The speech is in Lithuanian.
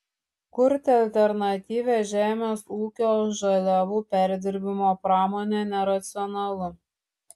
kurti alternatyvią žemės ūkio žaliavų perdirbimo pramonę neracionalu